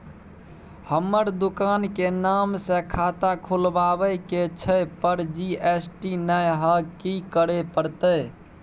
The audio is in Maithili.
हमर दुकान के नाम से खाता खुलवाबै के छै पर जी.एस.टी नय हय कि करे परतै?